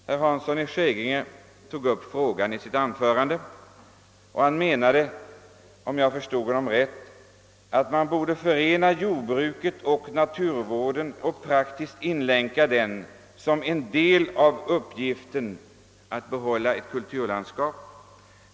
Herr Hansson i Skegrie tog upp frågan i sitt anförande. Om jag förstod honom rätt, menade han att man borde förena jordbruket och naturvården och praktiskt inlänka dem i arbetet att vidmakthålla ett kulturlandskap.